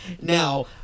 Now